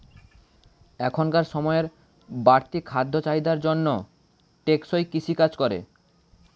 এখনকার সময়ের বাড়তি খাদ্য চাহিদার জন্য টেকসই কৃষি কাজ করে